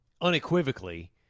unequivocally